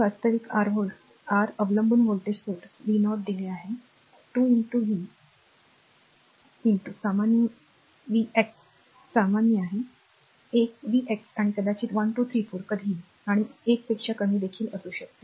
हे वास्तविक आर अवलंबून व्होल्टेज स्त्रोत v 0 दिले आहे 2 v x सामान्य आहे a v x आणि कदाचित 1 2 3 4 कधीही आणि 1 पेक्षा कमी देखील असू शकते